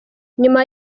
nyuma